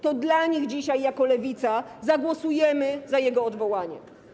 To dla nich dzisiaj jako Lewica zagłosujemy za jego odwołaniem.